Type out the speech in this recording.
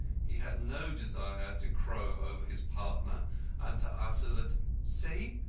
he had no desire to crow over his partner and to utter that see!